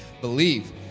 believe